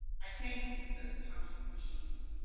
i thank you for those contributions.